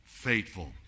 faithful